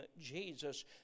Jesus